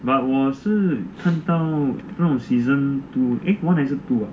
but 我是看到不懂 season two eh one 还是 two uh